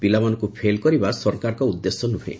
ପିଲାମାନଙ୍କୁ ଫେଲ୍ କରିବା ସରକାରଙ୍କ ଉଦ୍ଦେଶ୍ୟ ନୁହେଁ